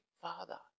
Father